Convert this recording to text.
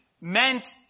meant